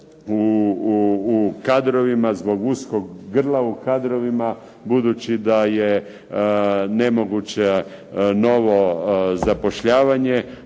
i do problema zbog uskog grala u kadrovima budući da je nemoguće novo zapošljavanje.